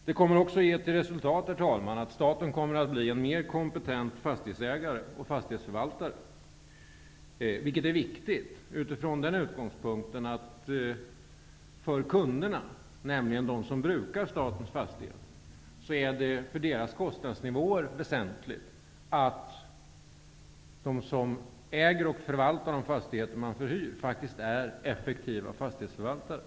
Det kommer också, herr talman, att ge till resultat att staten blir en mer kompetent fastighetsägare och fastighetsförvaltare. Detta är viktigt utifrån den utgångspunkten att det för kunderna, dvs. de som brukar statens fastigheter, med tanke på kostnadsnivåerna är väsentligt att de som äger och förvaltar fastigheter som förhyrs faktiskt är effektiva fastighetsförvaltare.